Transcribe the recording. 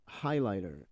highlighter